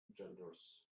genders